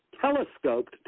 telescoped